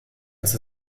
dass